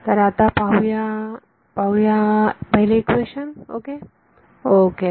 तर आता पाहूया आता पाहूया पहिले इक्वेशन ओके